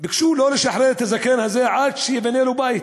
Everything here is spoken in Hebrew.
ביקשו שלא לשחרר את הזקן הזה עד שייבנה לו בית,